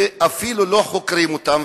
ואפילו לא חוקרים אותם,